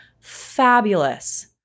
fabulous